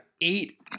eight